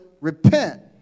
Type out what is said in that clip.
repent